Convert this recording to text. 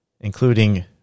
including